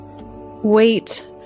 wait